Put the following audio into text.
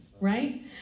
right